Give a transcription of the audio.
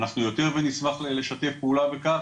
אנחנו יותר ונשמח לשתף פעולה בכך,